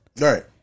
Right